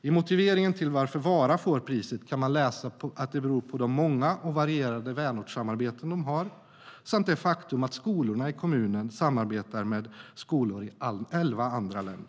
I motiveringen till att Vara får priset kan man läsa att det beror på de många och varierade vänortssamarbeten de har samt det faktum att skolorna i kommunen samarbetar med skolor i elva andra länder.